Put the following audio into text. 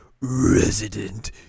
Resident